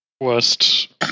worst